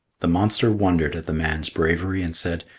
the monster wondered at the man's bravery and said,